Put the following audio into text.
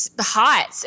hot